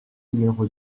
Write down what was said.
numéro